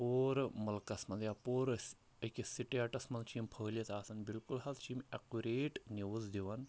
پوٗرٕ مُلکَس منٛز یا پوٗرٕ أکِس سِٹیٹَس منٛز چھِ یِم پھٔہلِتھ آسان بِلکُل حظ چھِ یِم اٮ۪کُریٹ نِوٕز دِوان